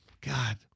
God